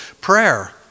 Prayer